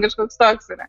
kažkoks toks yra